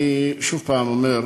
אני שוב הפעם אומר,